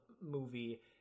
movie